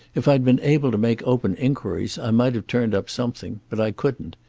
if i'd been able to make open inquiries i might have turned up something, but i couldn't.